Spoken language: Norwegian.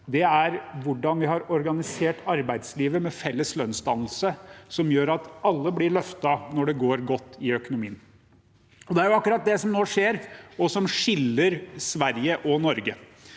er hvordan vi har organisert arbeidslivet med felles lønnsdannelse, noe som gjør at alle blir løftet når det går godt i økonomien. Det er akkurat det som nå skjer, og som skiller Sverige og Norge.